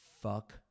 fuck